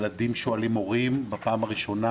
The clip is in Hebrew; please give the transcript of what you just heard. ילדים שואלים הורים בפעם הראשונה,